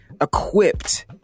equipped